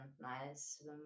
nice